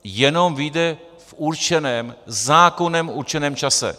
Jenom vyjde v určeném, zákonem určeném čase.